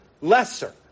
lesser